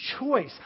choice